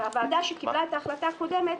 והוועדה שקיבלה את ההחלטה הקודמת